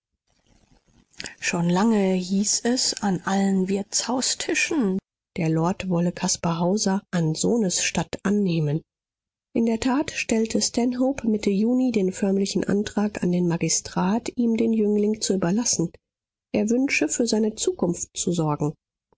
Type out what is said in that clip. schon lange hieß es an allen wirtshaustischen der lord wolle caspar hauser an sohnes statt annehmen in der tat stellte stanhope mitte juni den förmlichen antrag an den magistrat ihm den jüngling zu überlassen er wünsche für seine zukunft zu sorgen